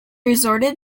resorted